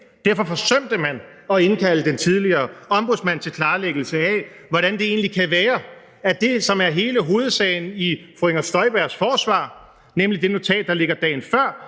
derfor forsømte man at indkalde den tidligere ombudsmand til klarlæggelse af, hvordan det egentlig kan være, at det, som er hele hovedsagen i fru Inger Støjbergs forsvar, nemlig det notat, der lå dagen før